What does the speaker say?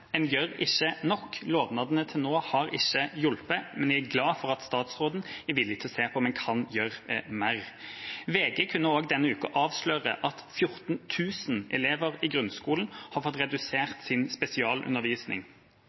En gjør ikke nok. Lovnadene til nå har ikke hjulpet, men jeg er glad for at statsråden er villig til å se på om en kan gjøre mer. VG kunne denne uka avsløre at 14 000 elever i grunnskolen har fått redusert sin spesialundervisning.